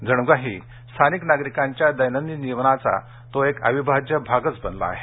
जणूकाही स्थानिक नागरिकांच्या दैनंदिन जीवनाचा तो एक अविभाज्य भागच बनला आहे